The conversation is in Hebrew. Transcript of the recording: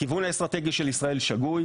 הכיוון האסטרטגי של ישראל שגוי.